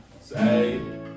Say